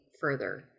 further